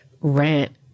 rant